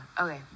Okay